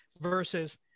versus